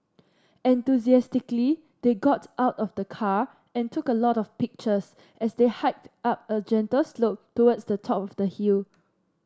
enthusiastically they got out of the car and took a lot of pictures as they hiked up a gentle slope towards the top of the hill